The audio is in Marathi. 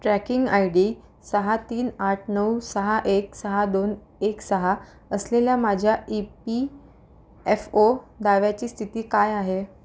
ट्रॅकिंग आय डी सहा तीन आठ नऊ सहा एक सहा दोन एक सहा असलेल्या माझ्या ई पी एफ ओ दाव्याची स्थिती काय आहे